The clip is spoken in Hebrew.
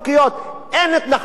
על-פי הדין הבין-לאומי,